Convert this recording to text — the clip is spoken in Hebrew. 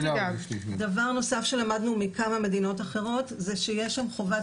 דבר נוסף שלמדנו מכמה מדינות אחרות זה שיש שם חובת